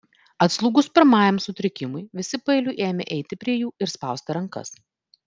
atslūgus pirmajam sutrikimui visi paeiliui ėmė eiti prie jų ir spausti rankas